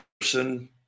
person